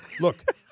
look